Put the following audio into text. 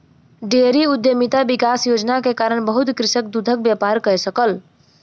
dairy उद्यमिता विकास योजना के कारण बहुत कृषक दूधक व्यापार कय सकल